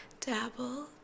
dabble